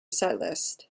setlist